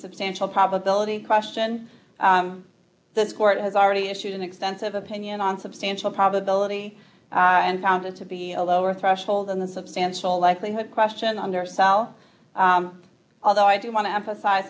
substantial probability question this court has already issued an extensive opinion on substantial probability and found it to be a lower threshold than the substantial likelihood question undersell although i do want to emphasize